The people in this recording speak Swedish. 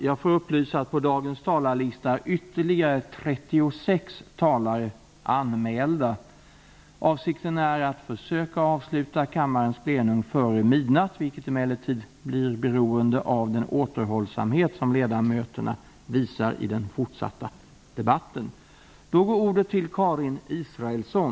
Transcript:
Jag får upplysa om att ytterligare 36 talare är anmälda till dagens talarlista. Avsikten är att försöka avsluta kammarens plenum före midnatt, vilket emellertid blir beroende av den återhållsamhet som ledamöterna visar i den fortsatta debatten.